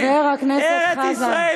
חבר הכנסת חזן.